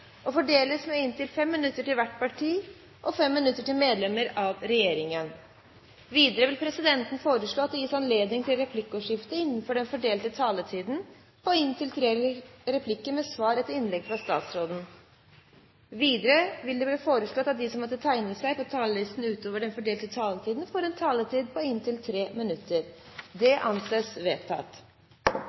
og fordeles med inntil 5 minutter til hvert parti og 5 minutter til medlem av regjeringen. Videre vil presidenten foreslå at det gis anledning til replikkordskifte på inntil tre replikker med svar etter innlegg fra statsråden innenfor den fordelte taletid. Videre vil det bli foreslått at de som måtte tegne seg på talerlisten utover den fordelte taletid, får en taletid på inntil 3 minutter. – Det anses vedtatt.